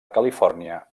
califòrnia